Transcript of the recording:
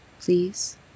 Please